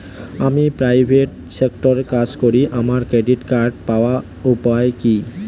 আমি প্রাইভেট সেক্টরে কাজ করি আমার ক্রেডিট কার্ড পাওয়ার উপায় কি?